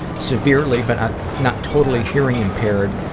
severely but not not totally hearing impaired,